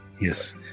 Yes